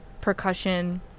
percussion